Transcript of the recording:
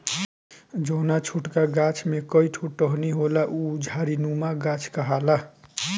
जौना छोटका गाछ में कई ठो टहनी होला उ झाड़ीनुमा गाछ कहाला